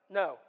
no